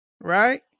Right